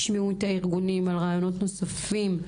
תשמעו את הארגונים על רעיונות נוספים.